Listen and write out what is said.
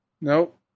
Nope